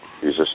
Jesus